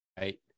Right